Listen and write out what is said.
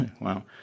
Wow